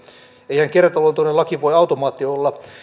eihän kertaluontoinen laki voi automaatti olla